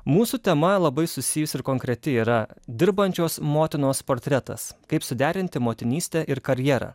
mūsų tema labai susijusi ir konkreti yra dirbančios motinos portretas kaip suderinti motinystę ir karjerą